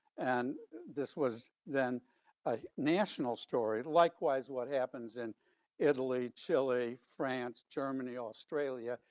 and this was then a national story. likewise, what happens in italy, chile, france, germany, australia,